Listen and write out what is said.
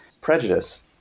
Prejudice